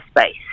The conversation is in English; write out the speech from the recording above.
space